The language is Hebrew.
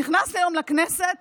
נכנסתי היום לכנסת